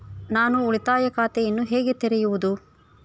ನಾನು ಉಳಿತಾಯ ಖಾತೆಯನ್ನು ಹೇಗೆ ತೆರೆಯುವುದು?